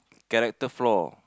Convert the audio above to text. character flaw